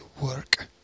work